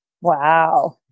Wow